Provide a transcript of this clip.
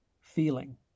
feeling